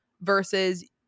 versus